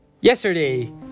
Yesterday